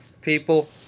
people